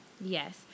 Yes